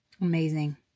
Amazing